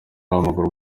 w’amaguru